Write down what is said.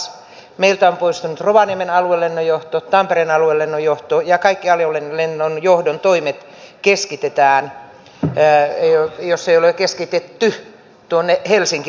meiltä on poistunut rovaniemen aluelennonjohto ja tampereen aluelennonjohto ja kaikki aluelennonjohdon toimet keskitetään jos ei ole keskitetty tuonne helsinki vantaalle